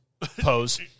pose